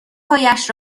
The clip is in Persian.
پایش